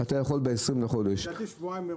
לדעתי ניתן לעשות את זה שבועיים מראש.